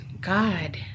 God